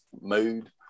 mood